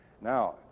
Now